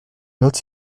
note